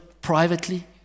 privately